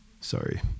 Sorry